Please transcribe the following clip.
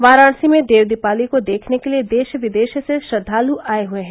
वाराणसी में देव दीपावली को देखने के लिए देश विदेश से श्रद्वालु आए हुए हैं